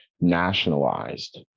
nationalized